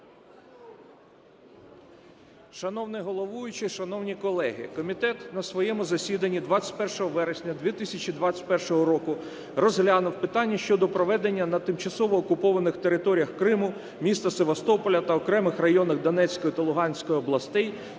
Шановний головуючий, шановні колеги! Комітет на своєму засіданні 21 вересня 2021 року розглянув питання щодо проведення на тимчасово окупованих територіях Криму, міста Севастополя та окремих районах Донецької та Луганської областей